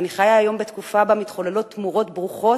אני חיה היום בתקופה שבה מתחוללות תמורות ברוכות,